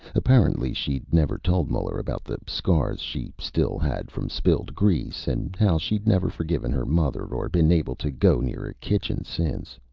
apparently she'd never told muller about the scars she still had from spilled grease, and how she'd never forgiven her mother or been able to go near a kitchen since.